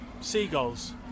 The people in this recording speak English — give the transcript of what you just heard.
seagulls